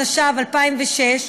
התשס"ו 2006,